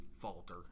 falter